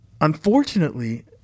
unfortunately